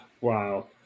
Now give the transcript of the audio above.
Wow